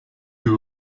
uyu